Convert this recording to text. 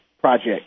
project